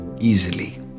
easily